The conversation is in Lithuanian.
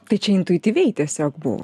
tai čia intuityviai tiesiog buvo